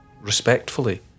respectfully